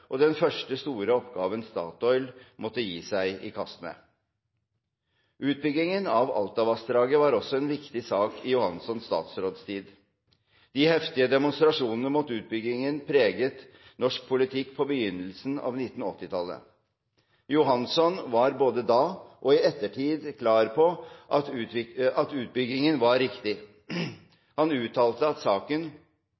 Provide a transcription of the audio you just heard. og den første store oppgaven Statoil måtte gi seg i kast med. Utbyggingen av Alta-vassdraget var også en viktig sak i Johansons statsrådstid. De heftige demonstrasjonene mot utbyggingen preget norsk politikk på begynnelsen av 1980-tallet. Johanson var både da og i ettertid klar på at utbyggingen var riktig.